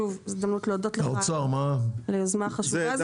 זו שוב הזדמנות להודות לך על היוזמה החשובה הזו.